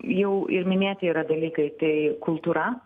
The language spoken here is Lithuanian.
jau ir minėti yra dalykai tai kultūra